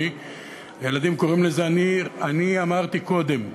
הילדים קוראים לזה "אני אמרתי קודם".